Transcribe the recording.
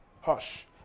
hush